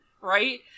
right